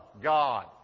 God